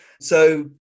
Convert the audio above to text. So-